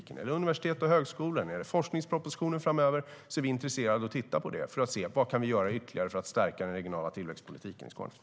När det gäller universitet och högskolor och forskningspropositionen framöver är vi intresserade av att titta på vad vi kan göra ytterligare för att stärka den regionala tillväxtpolitiken i Skåne.